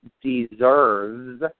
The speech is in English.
deserves